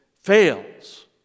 fails